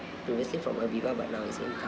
previously from aviva but now is income